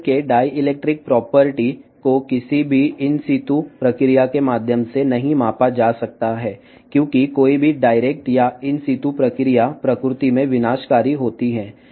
ఏదైనా పదార్థం యొక్క విద్యుద్వాహక లక్షణాలను డైరెక్ట్ విధానం ద్వారా కొలవలేము ఇలాంటివి సాధారణంగా వినాశకరమైనవి కాబట్టి